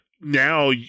now